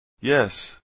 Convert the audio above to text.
Yes